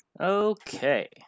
okay